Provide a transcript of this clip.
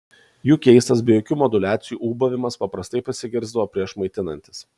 jų keistas be jokių moduliacijų ūbavimas paprastai pasigirsdavo prieš maitinantis